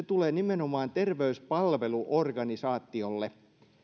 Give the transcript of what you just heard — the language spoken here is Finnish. tulee nimenomaan terveyspalveluorganisaatiolle